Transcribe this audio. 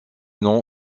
nom